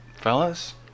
fellas